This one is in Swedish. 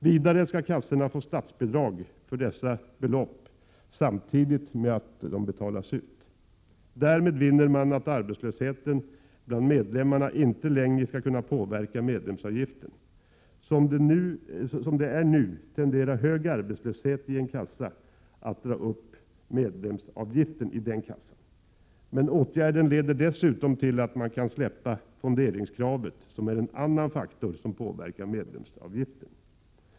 Vidare skall kassorna få statsbidrag för dessa belopp samtidigt med att de betalas ut. Därmed vinner man att arbetslösheten bland medlemmarna inte längre skall kunna påverka medlemsavgiften. Som det är nu tenderar hög arbetslöshet i en kassa att dra upp medlemsavgiften i den kassan. Men åtgärden leder dessutom till att man kan släppa fonderingskravet, som är en annan faktor som påverkar medlemsavgiften.